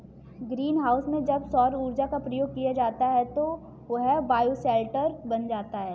green house में जब सौर ऊर्जा का प्रयोग किया जाता है तो वह बायोशेल्टर बन जाता है